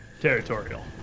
territorial